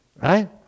right